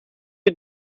you